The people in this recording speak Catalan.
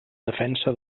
defensa